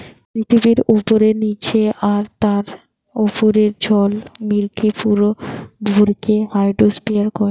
পৃথিবীর উপরে, নীচে আর তার উপরের জল মিলিকি পুরো ভরকে হাইড্রোস্ফিয়ার কয়